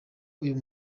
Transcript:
uyu